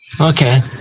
Okay